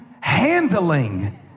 handling